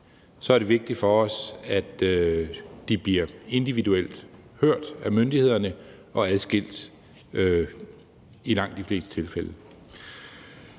er det vigtigt for os, at de bliver individuelt hørt af myndighederne og adskilt i langt de fleste tilfælde.